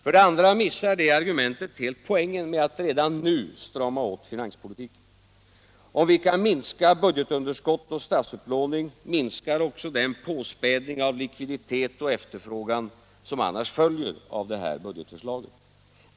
För det andra missar det argumentet helt poängen med att redan nu strama åt finanspolitiken. Om vi kan minska budgetunderskott och statsupplåning, minskar också den påspädning av likviditet och efterfrågan som annars följer av budgetförslaget.